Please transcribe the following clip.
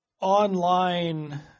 online